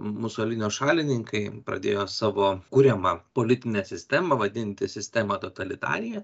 musolinio šalininkai pradėjo savo kuriamą politinę sistemą vadinti sistemą totalitarija